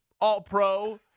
All-Pro